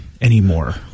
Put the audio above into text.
anymore